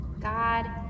God